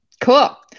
Cool